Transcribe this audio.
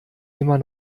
immer